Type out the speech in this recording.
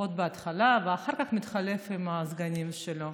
לפחות בהתחלה ואחר כך מתחלף עם הסגנים שלו.